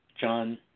John